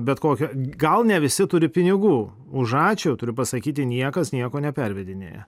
bet kokio gal ne visi turi pinigų už ačiū turiu pasakyti niekas nieko nepervedinėja